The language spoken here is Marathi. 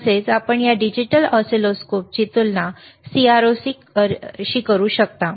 तसेच आपण या डिजिटल ऑसिलोस्कोपची तुलना CRO शी करता